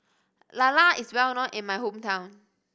lala is well known in my hometown